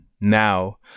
now